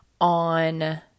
on